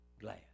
glad